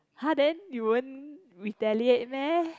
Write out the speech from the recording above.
!huh! then you won't retaliate meh